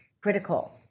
critical